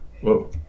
whoa